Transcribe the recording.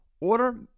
Order